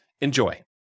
Enjoy